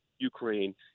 ukraine